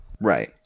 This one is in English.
Right